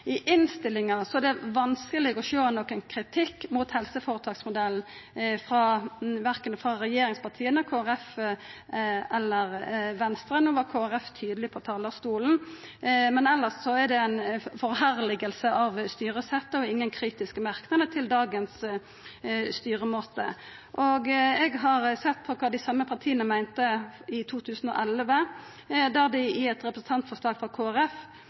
I innstillinga er det vanskeleg å sjå noko kritikk mot helseføretaksmodellen frå regjeringspartia, Kristeleg Folkeparti eller Venstre. No var Kristeleg Folkeparti tydeleg på talarstolen, men elles er det ei herleggjering av styresettet og ingen kritiske merknader til dagens styremåte. Eg har sett på kva dei same partia meinte i 2011, i samband med behandlinga av eit representantforslag frå